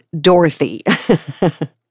Dorothy